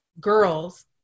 girls